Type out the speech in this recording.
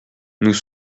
nous